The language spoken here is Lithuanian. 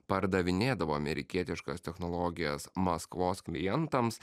pardavinėdavo amerikietiškas technologijas maskvos klientams